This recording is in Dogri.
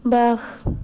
वाह्